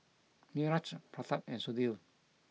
Niraj Pratap and Sudhir